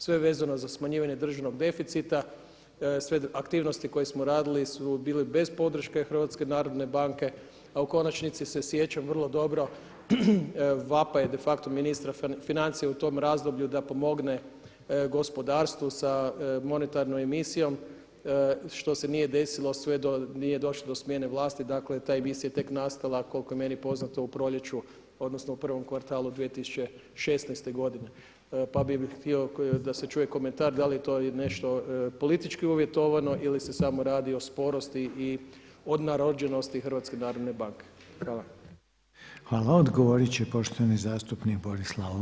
Sve vezano za smanjivanje državnog deficita, sve aktivnosti koje smo radili su bile bez podrške HNB-a, a u konačnici se sjećam vrlo dobro vapaja de facto ministra financija u tom razdoblju da pomogne gospodarstvu sa monetarnom emisijom što se nije došlo sve dok nije došlo do smjene vlasti, dakle ta emisija je tek nastala koliko je meni poznato u proljeće odnosno u prvom kvartalu 2016. godine, pa bi htio da se čuje komentar da li je to nešto politički uvjetovano ili se samo radi o sporosti od narođenosti HNB-a.